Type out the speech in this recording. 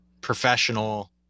professional